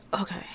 okay